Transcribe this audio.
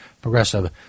progressive